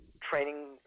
training